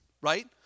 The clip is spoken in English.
right